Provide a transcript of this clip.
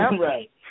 Right